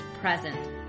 present